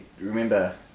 remember